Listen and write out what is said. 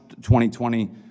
2020